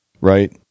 Right